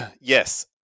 Yes